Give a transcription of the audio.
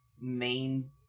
main